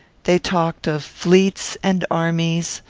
they talked of fleets and armies,